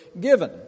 given